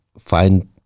find